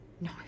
No